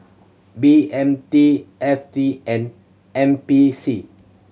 B M T F T and N P C